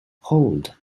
hold